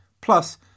plus